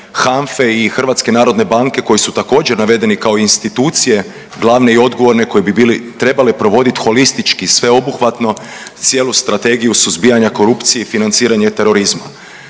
HANFE i HNB-a koji su također navedeni kao institucije glavne i odgovorne koji bi bili, trebale provoditi holistički sve obuhvatno cijelu strategiju suzbijanja korupcije i financiranje terorizma.